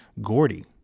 Gordy